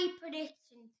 prediction